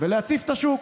ולהציף את השוק,